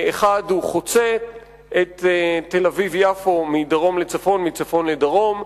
אחד חוצה את תל-אביב יפו מדרום לצפון ומצפון לדרום,